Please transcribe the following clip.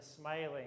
smiling